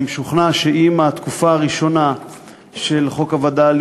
אני משוכנע שאם התקופה הראשונה של חוק הווד"לים